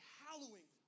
hallowing